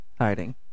Hiding